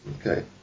Okay